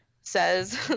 says